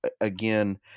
Again